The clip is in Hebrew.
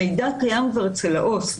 המידע קיים כבר אצל העובד הסוציאלי.